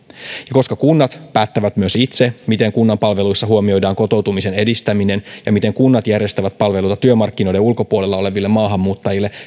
koska kunnat päättävät myös itse miten kunnan palveluissa huomioidaan kotoutumisen edistäminen ja miten kunnat järjestävät palveluja työmarkkinoiden ulkopuolella oleville maahanmuuttajille